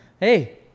Hey